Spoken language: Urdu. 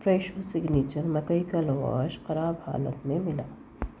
فریشو سیگنیچر مکئی کا لواش خراب حالت میں ملا